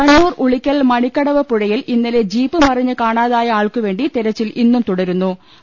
കണ്ണൂർ ഉളിക്കൽ മണിക്കടവ് പുഴയിൽ ഇന്നലെ ജീപ്പ് മറിഞ്ഞ് കാണാതായ ആൾക്കുവേണ്ടി തെരച്ചിൽ ഇന്നും തുടരു ന്നു